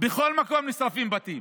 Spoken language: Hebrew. בכל מקום נשרפים בתים,